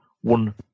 one